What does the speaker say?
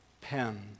pen